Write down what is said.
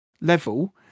level